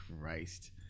Christ